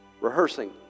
rehearsing